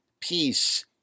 peace